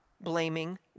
blaming